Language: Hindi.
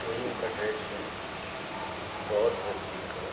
वही उनका ड्रेस सेन्स बहुत प्रचलित हुआ